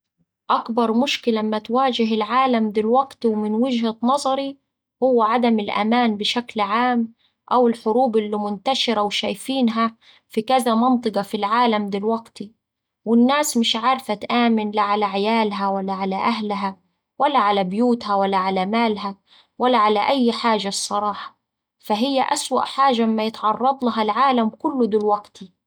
أكبر مشكلة أما تواجه العالم دلوقتي ومن وجهة نظري هوه عدم الأمان بشكل عام أو الحروب اللي منتشرة وشايفينها في كذا منطقة في العالم دلوقتي، والناس مش عارفة تآمن لاعلى عيالها ولا على أهلها ولا على بيوتها ولا على مالها ولا على أي حاجة الصراحة، فهي أسوأ حاجة أما يتعرضلها العالم كله دلوقت.